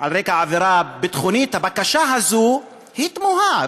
על רקע עבירה ביטחונית, הבקשה הזאת תמוהה.